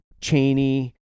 Cheney